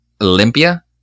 Olympia